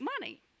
money